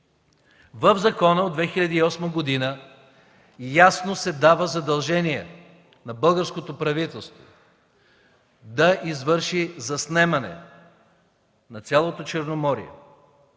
В закона от 2008 г. ясно се дава задължение на българското правителство да извърши заснемане на цялото Черноморие,